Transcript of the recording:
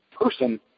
person